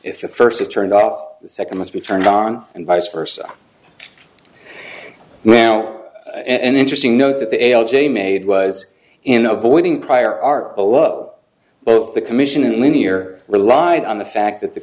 if the first is turned off the second must be turned on and vice versa now an interesting note that the l j made was in avoiding prior art below both the commission and linear relied on the fact that the